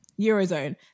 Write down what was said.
Eurozone